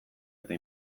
eta